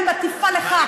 אני מטיפה לך.